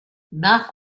nach